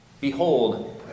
Behold